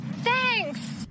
Thanks